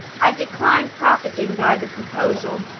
i decline profiting by the proposal.